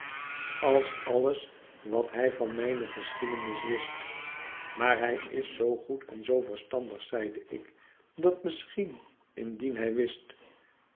als alles wat hij van mijne gescheidenis wist maar hij is zoo goed en zoo verstandig zeide ik dat misschien indien hij wist